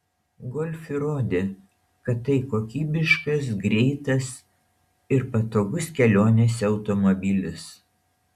golf įrodė kad tai kokybiškas greitas ir patogus kelionėse automobilis